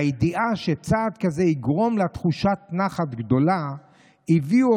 והידיעה שצעד כזה יגרום לה תחושת נחת גדולה הביאו